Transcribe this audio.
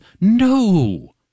No